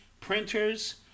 printers